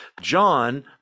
John